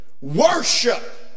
worship